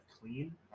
clean